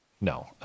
no